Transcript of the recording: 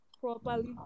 properly